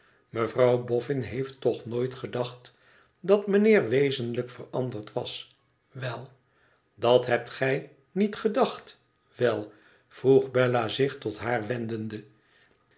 mevrouw boffin heeft toch nooit gedacht dat mijnheer wezenlijk veranderd was wel dat hebt gij niet gedacht wel vroeg bella zidi tot haar